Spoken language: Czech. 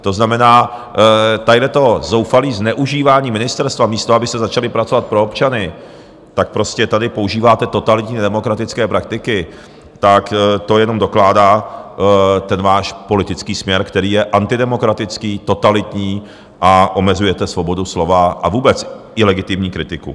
To znamená, tady to zoufalé zneužívání ministerstva, místo abyste začali pracovat pro občany, prostě tady používáte totalitní nedemokratické praktiky, tak to jenom dokládá ten váš politický směr, který je antidemokratický, totalitní, omezujete svobodu slova a vůbec i legitimní kritiku.